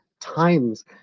times